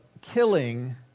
killing